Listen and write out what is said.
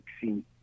vaccine